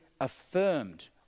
affirmed